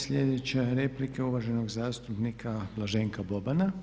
Sljedeća je replika uvaženog zastupnika Blaženka Bobana.